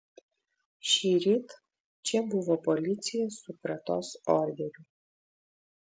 šįryt čia buvo policija su kratos orderiu